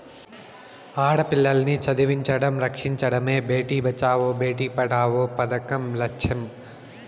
ఆడపిల్లల్ని చదివించడం, రక్షించడమే భేటీ బచావో బేటీ పడావో పదకం లచ్చెం